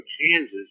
Kansas